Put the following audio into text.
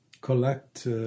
collect